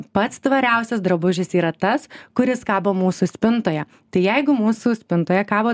pats tvariausias drabužis yra tas kuris kabo mūsų spintoje tai jeigu mūsų spintoje kabo